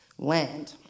Land